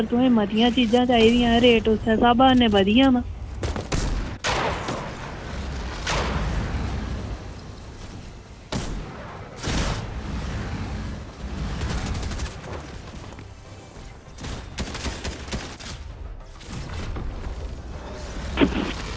ओह् जिस स्हाबै दा तुसेंगी चाहिदा होग उस्सै स्हाबै दा रेट घटदा रौह्ना अगर तुसें मतियां चीज़ां चाही दियां ते उस्सै स्हाबै कन्नै बधी जाना